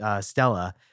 Stella